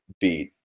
beat